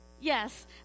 yes